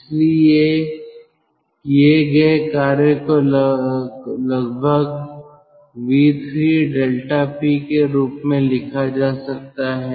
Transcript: इसलिए किए गए कार्य को लगभग v3 ∆p के रूप में लिखा जा सकता है